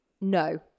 No